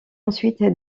ensuite